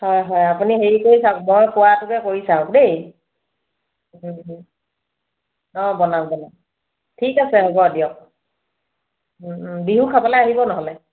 হয় হয় আপুনি হেয়ি কৰি চাওক মই কোৱাটোকে কৰি চাওক দেই অঁ বনাওক বনাওক ঠিক আছে হ'ব দিয়ক বিহু খাবলৈ আহিব ন'হলে